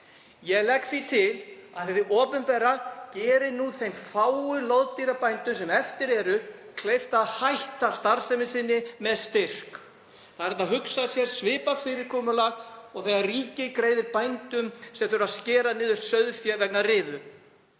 Ég legg því til að hið opinbera geri nú þeim fáu loðdýrabændum sem eftir eru kleift að hætta starfsemi sinni með styrk. Það er hægt að hugsa sér svipað fyrirkomulag og þegar ríkið greiðir bændum sem þurfa að skera niður sauðfé vegna riðu.